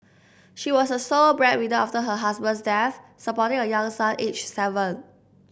she was the sole breadwinner after her husband's death supporting a young son aged seven